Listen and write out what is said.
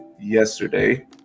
yesterday